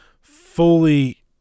fully